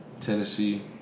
Tennessee